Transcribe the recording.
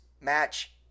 match